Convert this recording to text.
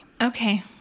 Okay